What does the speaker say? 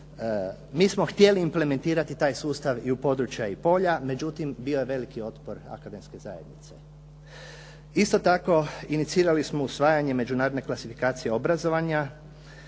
Mi smo htjeli implementirati taj sustav i u područja i polja, međutim bio je veliki otpor akademske zajednice. Isto tako, inicirali smo usvajanje međunarodne klasifikacije obrazovanja